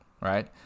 right